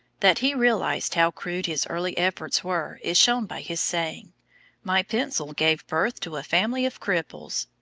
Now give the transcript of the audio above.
that he realised how crude his early efforts were is shown by his saying my pencil gave birth to a family of cripples.